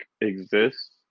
exists